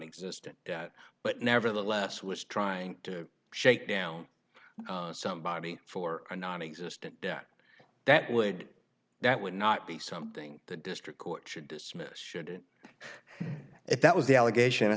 existant but nevertheless was trying to shake down somebody for a nonexistent debt that would that would not be something the district court should dismiss should it if that was the allegation i